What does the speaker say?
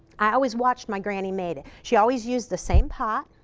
i always watched my granny make it. she always used the same pot.